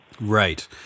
Right